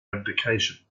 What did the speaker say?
abdication